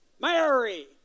Mary